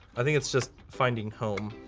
i think it's just finding home.